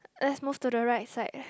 let's move to the right side